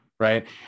Right